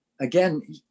again